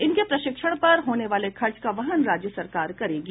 इनके प्रशिक्षण पर होने वाले खर्च का वहन राज्य सरकार करेगी